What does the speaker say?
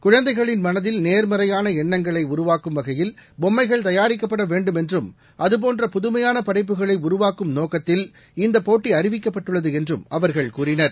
குழந்தைகளின் மனதில் நோ்மறையான எண்ணங்களை உருவாக்கும் வகையில் பொம்மைகள் தயாரிக்கப்பட வேண்டும் என்றும் அதுபோன்ற புதுமையான படைப்புகளை உருவாக்கும் நோக்கத்தில் இந்தப் போட்டி அறிவிக்கப்பட்டுள்ளது என்றும் அவர்கள் கூறினர்